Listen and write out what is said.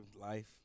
life